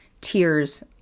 tears